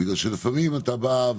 בגלל שלפעמים אתה בא,